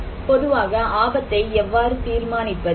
பொதுவாக ஆபத்தை எவ்வாறு தீர்மானிப்பது